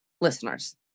Listeners